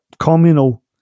communal